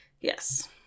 Yes